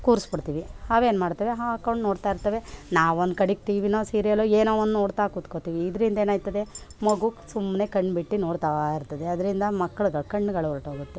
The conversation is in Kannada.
ಕೂರ್ಸಿ ಬಿಡ್ತೀವಿ ಅವು ಏನು ಮಾಡ್ತವೆ ಹಾಕೊಂಡು ನೋಡ್ತಾಯಿರ್ತವೆ ನಾವು ಒಂದು ಕಡೆಗೆ ಟಿವಿನೋ ಸಿರಿಯಲ್ಲೊ ಏನೋ ಒಂದು ನೋಡ್ತಾ ಕೂತ್ಕೊಳ್ತೀವಿ ಇದರಿಂದ ಏನು ಆಯ್ತದೆ ಮಗು ಸುಮ್ಮನೆ ಕಣ್ಣು ಬಿಟ್ಟು ನೋಡ್ತಾಯಿರ್ತದೆ ಅದರಿಂದ ಮಕ್ಳುಗಳು ಕಣ್ಣುಗಳು ಹೊರಟು ಹೋಗುತ್ತೆ